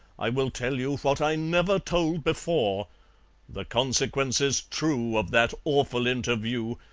i will tell you what i never told before the consequences true of that awful interview,